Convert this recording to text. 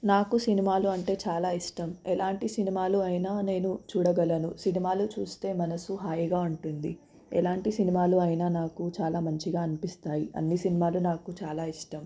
నాకు సినిమాలు అంటే చాలా ఇష్టం ఎలాంటి సినిమాలు అయిన నేను చూడగలను సినిమాలు చూస్తే మనసు హాయిగా ఉంటుంది ఎలాంటి సినిమాలు అయిన నాకు చాలా మంచిగా అనిపిస్తాయి అన్నీ సినిమాలు నాకు చాలా ఇష్టం